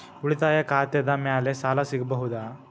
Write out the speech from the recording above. ಉಳಿತಾಯ ಖಾತೆದ ಮ್ಯಾಲೆ ಸಾಲ ಸಿಗಬಹುದಾ?